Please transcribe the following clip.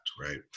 Right